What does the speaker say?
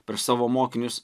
prieš savo mokinius